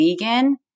vegan